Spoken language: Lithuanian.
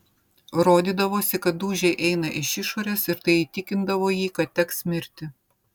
rodydavosi kad dūžiai eina iš išorės ir tai įtikindavo jį kad teks mirti